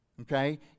okay